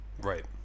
Right